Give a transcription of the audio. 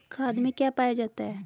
खाद में क्या पाया जाता है?